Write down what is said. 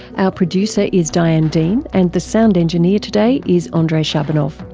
our producer is diane dean and the sound engineer today is ah andrei shabunov.